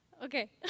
Okay